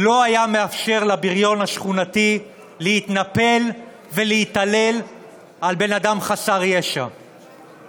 לא היה מאפשר לבריון השכונתי להתנפל על בן אדם חסר ישע ולהתעלל בו,